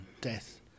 death